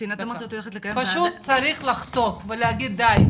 פשוט צריך לחתוך ולהגיד די.